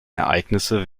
ereignisse